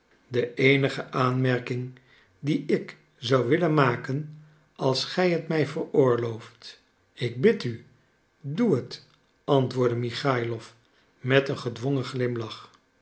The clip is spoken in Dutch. de eenige aanmerking die ik zou willen maken als gij het mij veroorlooft ik bid u doe het antwoordde michaïlof met een gedwongen glimlach